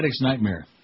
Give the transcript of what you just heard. nightmare